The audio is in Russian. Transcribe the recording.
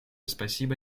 спасибо